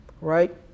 right